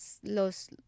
los